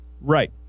Right